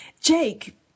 jake